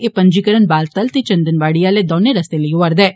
एह् पंजीकरण बालतल ते चंदनवाडी आले दौनें रस्ते लेई होआ'रदा ऐ